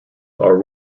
are